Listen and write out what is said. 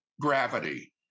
gravity